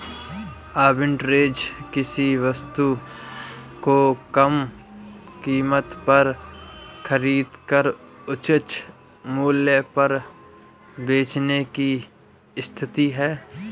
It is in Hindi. आर्बिट्रेज किसी वस्तु को कम कीमत पर खरीद कर उच्च मूल्य पर बेचने की स्थिति है